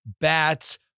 bats